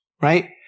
right